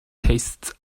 tastes